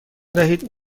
دهید